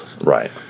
Right